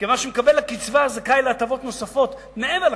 כיוון שמקבל הקצבה זכאי להטבות נוספות מעבר לקצבה,